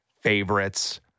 favorites